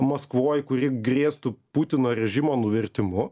maskvoj kuri grėstų putino režimo nuvertimu